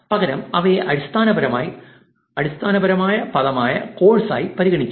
പകരം അവയെ അടിസ്ഥാന പദമായ കോഴ്സായി പരിഗണിക്കുന്നു